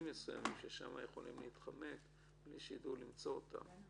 מסוימים ששם יודעים להתחמק בלי שיידעו למצוא אותם.